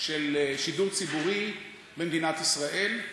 של שידור ציבורי במדינת ישראל,